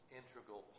integral